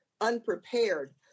unprepared